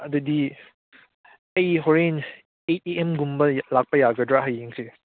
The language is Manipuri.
ꯑꯗꯨꯗꯤ ꯑꯩ ꯍꯣꯔꯦꯟ ꯑꯦꯠ ꯑꯦ ꯑꯦꯝ ꯒꯨꯝꯕ ꯂꯥꯛꯄ ꯌꯥꯒꯗ꯭ꯔꯥ ꯍꯌꯦꯡꯁꯦ